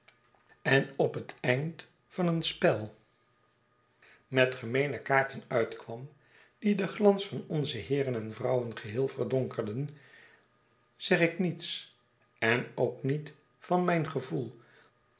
en op het eind van een spel met gemeene kaarten uitkwam die den glans van onze heeren en vrouwen geheel verdonkerden zeg ik niets en ook niet van mijn gevoel